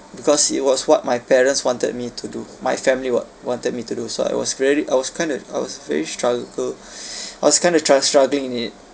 because it was what my parents wanted me to do my family wan~ wanted me to do so I was very I was kind of I was very struggle I was kind of try and struggling in it